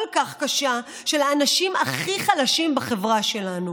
כל כך קשה של האנשים הכי חלשים בחברה שלנו.